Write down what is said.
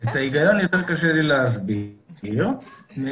את ההיגיון יותר קשה לי להסביר כיוון